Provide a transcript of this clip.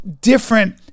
different